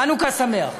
חנוכה שמח.